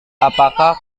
apakah